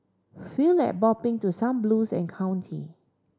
feel like bopping to some blues and county